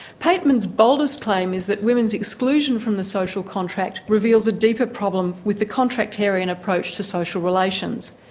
pateman's boldest claim is that women's exclusion from the social contract reveals a deeper problem with the contractarian approach to social relations,